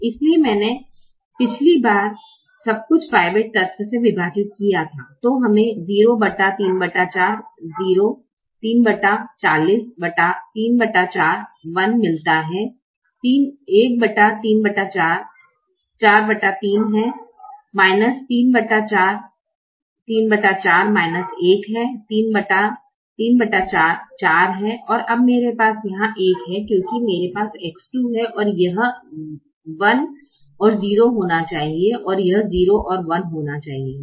इसलिए जैसे हमने पिछली बार सब कुछ पिवोट तत्व से विभाजित किया था तो हमें 0 34 0 340 341 मिलता है 134 43 है 34 34 1 है 3 34 4 है अब मेरे पास यहाँ 1 है क्योंकि मेरे पास X2 है यह 1 0 होना चाहिए और यह 0 1 होना चाहिए